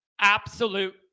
Absolute